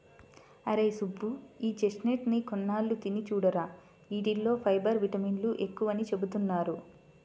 అరేయ్ సుబ్బు, ఈ చెస్ట్నట్స్ ని కొన్నాళ్ళు తిని చూడురా, యీటిల్లో ఫైబర్, విటమిన్లు ఎక్కువని చెబుతున్నారు